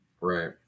Right